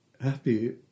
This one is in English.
happy